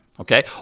Okay